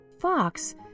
Fox